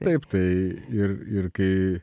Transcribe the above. taip tai ir ir kai